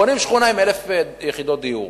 בונים שכונה עם 1,000 יחידות דיור,